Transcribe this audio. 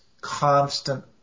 constant